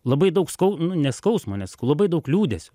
labai daug skau nu ne skausmo nesakau labai daug liūdesio